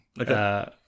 Okay